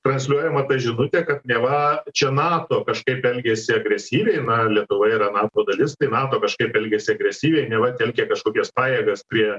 transliuojama ta žinutė kad neva čia nato kažkaip elgiasi agresyviai na lietuva yra nato dalis tai nato kažkaip elgiasi agresyviai neva telkia kažkokias pajėgas prie